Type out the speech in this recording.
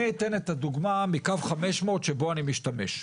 אתן את הדוגמה מקו 500 שבו אני משתמש,